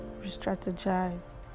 Restrategize